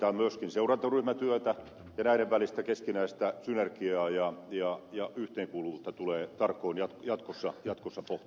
tarvitaan myöskin seurantaryhmätyötä ja näiden välistä keskinäistä synergiaa ja yhteenkuuluvuutta tulee tarkoin jatkossa pohtia